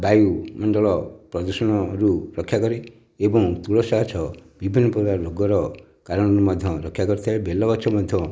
ବାୟୁମଣ୍ଡଳ ପ୍ରଦୂଷଣରୁ ରକ୍ଷା କରେ ଏବଂ ତୁଳସୀ ଗଛ ବିଭିନ୍ନ ପ୍ରକାର ରୋଗର କାରଣ ମଧ୍ୟ ରକ୍ଷା କରିଥାଏ ବେଲ ଗଛ ମଧ୍ୟ